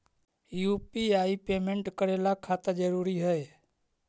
UPI payment करे ला खाता जरूरी है?